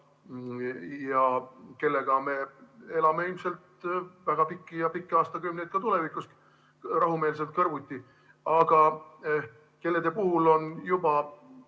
ja kellega me elame ilmselt väga pikki aastakümneid ka tulevikus rahumeelselt kõrvuti, aga kelle puhul on juba